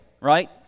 right